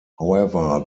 however